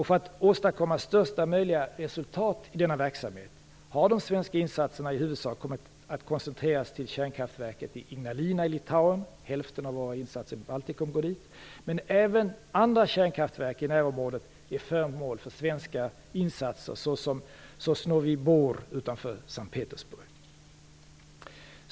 För att åstadkomma största möjliga resultat i denna verksamhet har de svenska insatserna i huvudsak kommit att koncentreras till kärnkraftverket i Ignalina i Litauen - hälften av våra insatser i Baltikum går dit - men även andra kärnkraftverk i närområdet är föremål för svenska insatser, såsom exempelvis Sosnovyj Bor utanför S:t Petersburg.